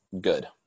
good